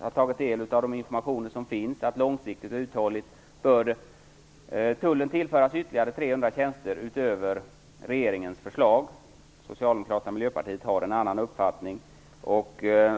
ha tagit del av den information som finns, att långsiktigt och uthålligt bör tullen tillföras ytterligare 300 tjänster utöver regeringens förslag. Socialdemokraterna och Miljöpartiet har en annan uppfattning.